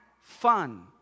fun